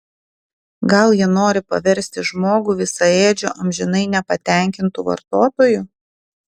gal jie nori paversti žmogų visaėdžiu amžinai nepatenkintu vartotoju